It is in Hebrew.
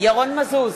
ירון מזוז,